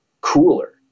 cooler